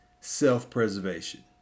self-preservation